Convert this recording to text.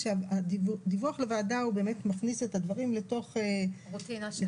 שהדיווח לוועדה מכניס את הדברים לתוך הרוטינה.